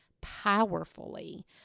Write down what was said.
powerfully